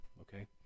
okay